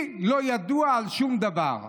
לי לא ידוע על שום דבר.